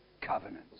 covenants